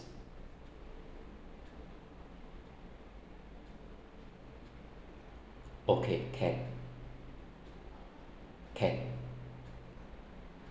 okay can can